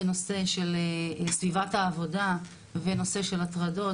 בנושא של סביבת העבודה ונושא של הטרדות,